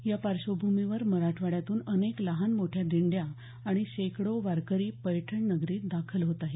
या पार्श्वभूमीवर मराठवाड्यातून अनेक लहानमोठ्या दिंड्या आणि शेकडो वारकरी पैठण नगरीत दाखल होत आहेत